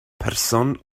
person